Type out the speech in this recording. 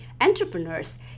entrepreneurs